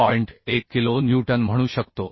1 kilo newton म्हणू शकतो